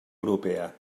europea